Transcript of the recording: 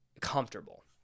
comfortable